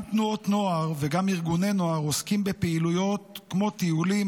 גם תנועות נוער וגם ארגוני נוער עוסקים בפעילויות כמו טיולים,